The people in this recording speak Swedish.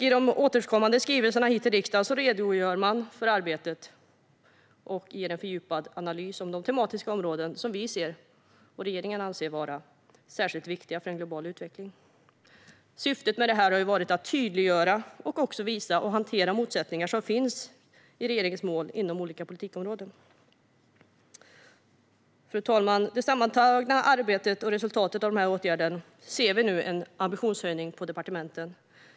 I de återkommande skrivelserna hit till riksdagen redogör man för arbetet och ger en fördjupad analys av de tematiska områden som vi och regeringen anser vara särskilt viktiga för en global utveckling. Syftet med detta har varit att tydliggöra och hantera motsättningar mellan regeringens mål inom olika politikområden. Fru talman! Det sammantagna resultatet av arbetet och dessa åtgärder ser vi nu: en ambitionshöjning på departementen.